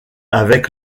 avec